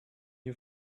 you